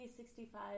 65